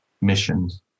missions